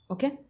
Okay